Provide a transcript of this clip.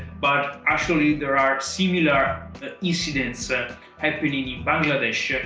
but actually there are similar incidents happening in bangladesh,